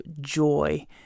joy